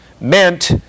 meant